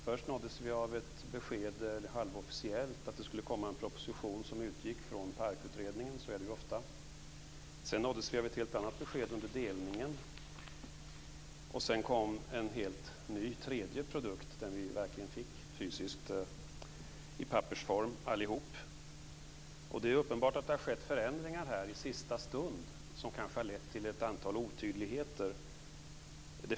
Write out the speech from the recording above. Först nåddes vi av ett halvofficiellt besked om att det skulle komma en proposition som utgick från PARK-utredningen. Så är det ofta. Under delningen nåddes vi av ett helt annat besked. Sedan kom en helt ny tredje produkt - den proposition allihop verkligen fick i pappersform. Det är uppenbart att det har skett förändringar i sista stund, som kanske har lett till ett antal otydligheter.